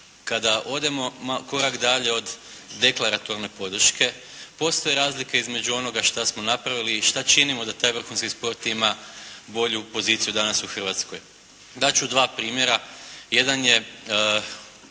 kada odemo korak dalje od deklaratorne podrške postoje razlike između onoga što smo napravili i što činimo da taj vrhunski sport ima bolju poziciju danas u Hrvatskoj. Dat ću dva primjera. Jedan je